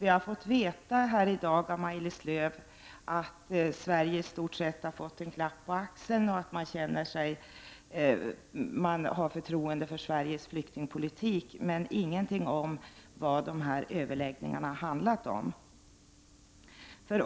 Vi har i dag av Maj-Lis Lööw fått veta att Sverige i stort sett har fått en klapp på axeln och att man har förtroende för Sveriges flyktingpolitik, men ingenting om vad dessa överläggningar har handlat om.